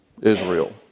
Israel